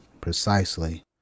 precisely